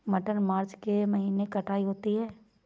मटर मार्च के महीने कटाई होती है?